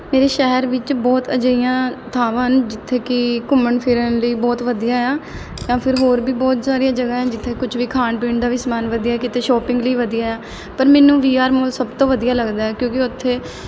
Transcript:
ਮੇਰੇ ਸ਼ਹਿਰ ਵਿੱਚ ਬਹੁਤ ਅਜਿਹੀਆਂ ਥਾਵਾਂ ਹਨ ਜਿੱਥੇ ਕਿ ਘੁੰਮਣ ਫਿਰਨ ਲਈ ਬਹੁਤ ਵਧੀਆ ਆ ਜਾਂ ਫਿਰ ਹੋਰ ਵੀ ਬਹੁਤ ਸਾਰੀਆਂ ਜਗ੍ਹਾ ਹੈ ਜਿੱਥੇ ਕੁਝ ਵੀ ਖਾਣ ਪੀਣ ਦਾ ਵੀ ਸਮਾਨ ਵਧੀਆ ਕਿਤੇ ਸ਼ੋਪਿੰਗ ਲਈ ਵਧੀਆ ਆ ਪਰ ਮੈਨੂੰ ਵੀ ਆਰ ਮੋਲ ਸਭ ਤੋਂ ਵਧੀਆ ਲੱਗਦਾ ਕਿਉਂਕਿ ਉੱਥੇ